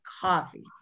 coffee